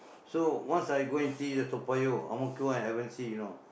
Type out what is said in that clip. so once I go and see the Toa-Payoh Ang-Mo-Kio one I haven't see you know